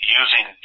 using